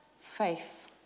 faith